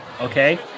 okay